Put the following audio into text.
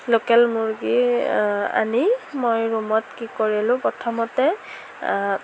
local মুৰ্গী আনি মই ৰূমত কি কৰিলো প্ৰথমতে